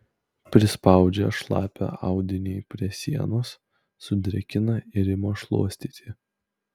prispaudžia šlapią audinį prie sienos sudrėkina ir ima šluostyti